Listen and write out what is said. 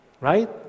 right